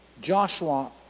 Joshua